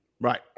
right